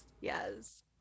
yes